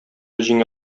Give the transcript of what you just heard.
җиңә